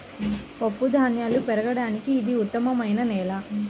పప్పుధాన్యాలు పెరగడానికి ఇది ఉత్తమమైన నేల